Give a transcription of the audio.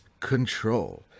control